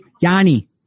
Yanni